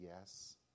yes